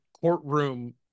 courtroom